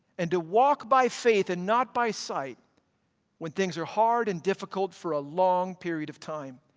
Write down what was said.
and to walk by faith and not by sight when things are hard and difficult for a long period of time.